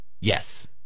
Yes